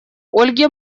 ольге